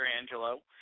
Angelo